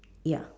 ya